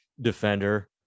defender